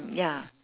ya